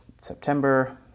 September